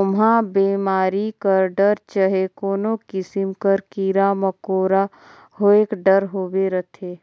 ओम्हां बेमारी कर डर चहे कोनो किसिम कर कीरा मकोरा होएक डर होबे करथे